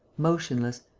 motionless,